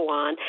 on